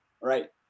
right